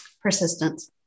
Persistence